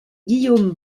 guillaume